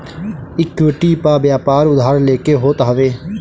equity पअ व्यापार उधार लेके होत हवे